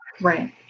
Right